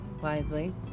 wisely